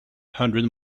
hundred